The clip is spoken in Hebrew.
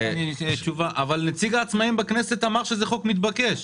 אבל נציג העצמאים בכנסת אמר שזה חוק מתבקש.